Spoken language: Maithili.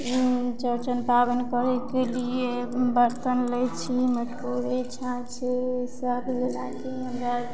चौरचन पाबनि करैके दियै बर्तन लै छी मटकुरी छाँछ छै सब जेनाकि हमरा